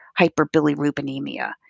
hyperbilirubinemia